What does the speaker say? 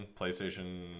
PlayStation